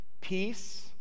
peace